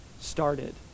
started